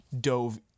dove